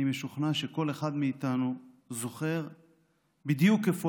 אני משוכנע שכל אחד מאיתנו זוכר בדיוק איפה